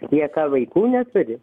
jie ką vaikų neturi